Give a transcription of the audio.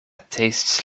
tastes